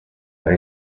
tra